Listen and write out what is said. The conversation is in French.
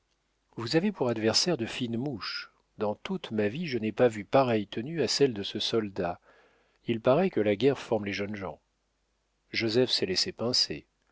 vous avez pour adversaires de fines mouches dans toute ma vie je n'ai pas vu pareille tenue à celle de ce soldat il paraît que la guerre forme les jeunes gens joseph s'est laissé pincer